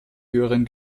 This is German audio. höheren